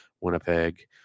Winnipeg